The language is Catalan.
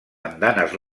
andanes